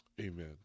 Amen